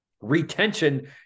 retention